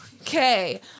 okay